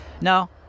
no